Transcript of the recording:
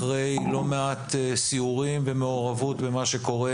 אחרי לא מעט סיורים ומעורבות במה שקורה,